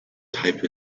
type